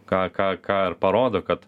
ką ką ką ir parodo kad